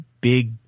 big